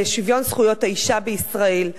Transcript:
שוויון זכויות האשה בישראל.